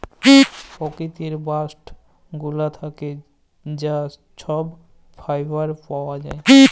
পকিতির বাস্ট গুলা থ্যাকে যা ছব ফাইবার পাউয়া যায়